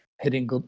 hitting